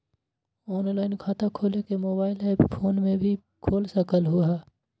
Online खाता खोले के मोबाइल ऐप फोन में भी खोल सकलहु ह?